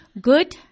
Good